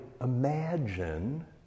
imagine